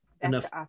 Enough